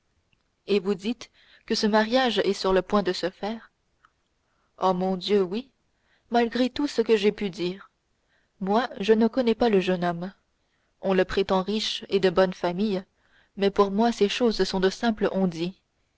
et vous dites que ce mariage est sur le point de se faire oh mon dieu oui malgré tout ce que j'ai pu dire moi je ne connais pas le jeune homme on le prétend riche et de bonne famille mais pour moi ces choses sont de simples on dit